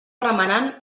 remenant